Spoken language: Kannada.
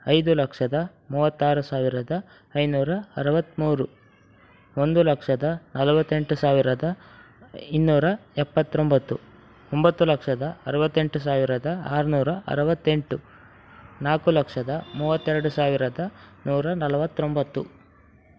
ಐದು ಲಕ್ಷದ ಮೂವತ್ತಾರು ಸಾವಿರದ ಐನ್ನೂರ ಅರವತ್ತ್ಮೂರು ಒಂದು ಲಕ್ಷದ ನಲವತ್ತೆಂಟು ಸಾವಿರದ ಇನ್ನೂರ ಎಪ್ಪತ್ತೊಂಬತ್ತು ಒಂಬತ್ತು ಲಕ್ಷದ ಅರವತ್ತೆಂಟು ಸಾವಿರದ ಆರುನೂರ ಅರವತ್ತೆಂಟು ನಾಲ್ಕು ಲಕ್ಷದ ಮೂವತ್ತೆರಡು ಸಾವಿರದ ನೂರ ನಲವತ್ತೊಂಬತ್ತು